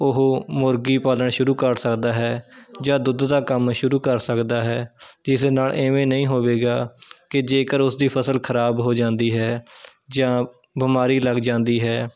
ਉਹ ਮੁਰਗੀ ਪਾਲਣ ਸ਼ੁਰੂ ਕਰ ਸਕਦਾ ਹੈ ਜਾਂ ਦੁੱਧ ਦਾ ਕੰਮ ਸ਼ੁਰੂ ਕਰ ਸਕਦਾ ਹੈ ਜਿਸ ਨਾਲ ਇਵੇਂ ਨਹੀਂ ਹੋਵੇਗਾ ਕਿ ਜੇਕਰ ਉਸ ਦੀ ਫਸਲ ਖ਼ਰਾਬ ਹੋ ਜਾਂਦੀ ਹੈ ਜਾਂ ਬਿਮਾਰੀ ਲੱਗ ਜਾਂਦੀ ਹੈ